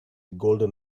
golden